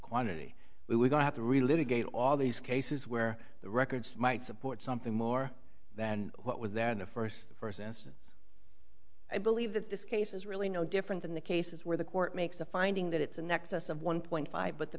quantity we were going to have to relive again all these cases where the records might support something more than what was there in the first for assistance i believe that this case is really no different than the cases where the court makes a finding that it's in excess of one point five but the